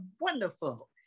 wonderful